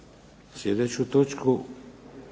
sljedeću točku